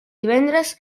divendres